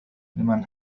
لمن